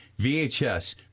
VHS